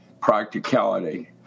practicality